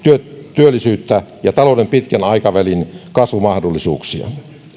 työllisyyttä ja talouden pitkän aikavälin kasvumahdollisuuksia